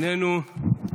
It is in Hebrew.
איננו,